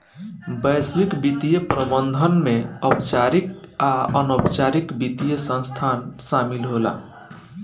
वैश्विक वित्तीय प्रबंधन में औपचारिक आ अनौपचारिक वित्तीय संस्थान शामिल होला